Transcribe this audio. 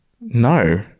No